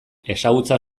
ezagutza